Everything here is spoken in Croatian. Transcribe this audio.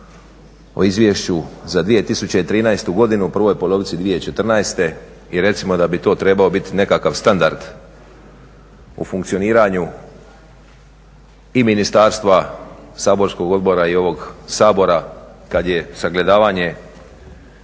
o Izvješću za 2013. godinu, prvoj polovici 2014. i recimo da bi to trebao biti nekakav standard u funkcioniranju i ministarstva, saborskog odbora i ovog Sabora kad je sagledavanje